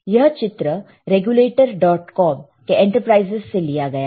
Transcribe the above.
यह चित्र regulator dot com के इंटरप्राइजेज से लिया गया है